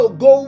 go